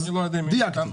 אז דייקתי.